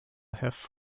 have